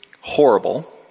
horrible